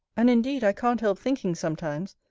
and indeed i can't help thinking sometimes,